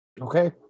Okay